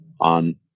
on